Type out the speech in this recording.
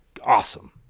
Awesome